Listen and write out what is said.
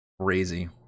crazy